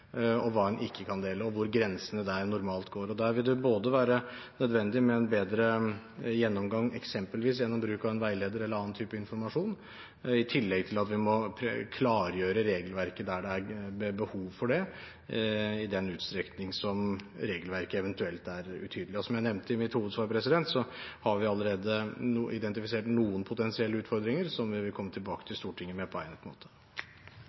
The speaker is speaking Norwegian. og hvor grensene normalt går. Der vil det være nødvendig med en bedre gjennomgang eksempelvis gjennom bruk av en veileder eller annen type informasjon, i tillegg til at vi må klargjøre regelverket der det er behov for det, i den utstrekning regelverket er utydelig. Som jeg nevnte i mitt hovedsvar, har vi allerede identifisert noen potensielle utfordringer, som vi vil komme tilbake til Stortinget med på egnet måte.